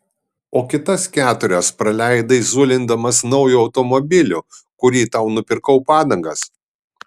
o kitas keturias praleidai zulindamas naujo automobilio kurį tau nupirkau padangas